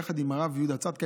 ביחד עם הרב יהודה צדקה,